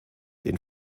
den